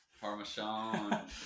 Parmesan